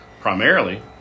primarily